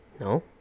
No